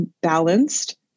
balanced